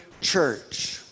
church